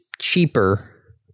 cheaper